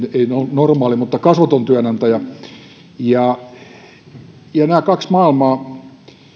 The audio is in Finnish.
normaali vaan kasvoton työantaja ja ja nämä kaksi maailmaa